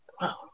Wow